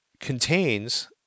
contains